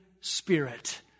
Spirit